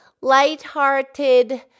lighthearted